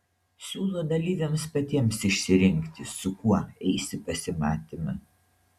siūlo dalyviams patiems išsirinkti su kuo eis į pasimatymą